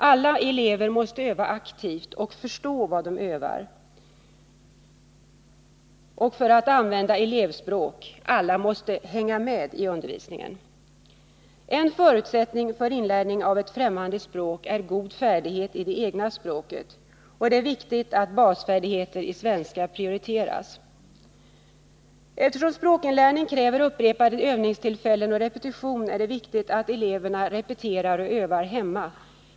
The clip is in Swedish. Alla elever måste öva aktivt och förstå vad de övar och — för att använda elevspråk — alla måste hänga med i undervisningen. En förutsättning för inlärning av ett främmande språk är god färdighet i det egna språket. Det är viktigt att basfärdigheter i svenska prioriteras. Eftersom språkinlärning kräver upprepade övningstillfällen och repetition är det viktigt att eleverna repeterar och övar hemma.